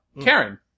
Karen